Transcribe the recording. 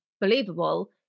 believable